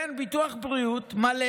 כן, ביטוח בריאות מלא